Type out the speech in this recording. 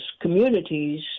communities